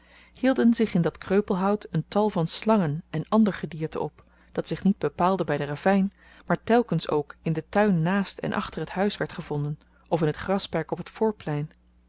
is hielden zich in dat kreupelhout een tal van slangen en ander gedierte op dat zich niet bepaalde by den ravyn maar telkens ook in den tuin naast en achter t huis werd gevonden of in het grasperk op t voorplein